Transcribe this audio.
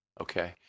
Okay